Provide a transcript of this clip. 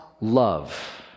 love